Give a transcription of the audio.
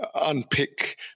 unpick